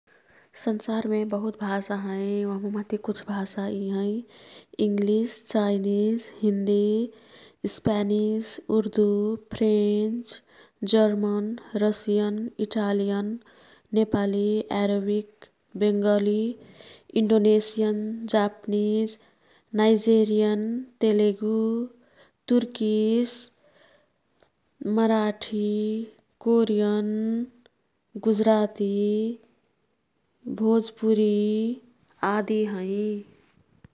संसारमे बहुत भाषा हैं। ओह्म मह्ती कुछ भाषा यी हैं। English, Chinese, Hindi, Spanish, Urdu, French, German, Russian, Italian, Nepali, Arabic, Bengali, Indonesian, Japanese, Nigerian, Telugu, Turkish, Marathi, Korean, Gujarati, Bhojpuri, आदि हैं।